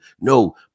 no